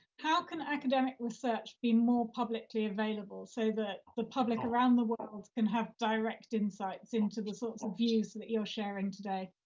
how can academic research be more publicly available so that the public around the world can have direct insights into the sorts of views that you're sharing today?